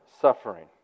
suffering